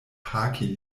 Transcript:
haki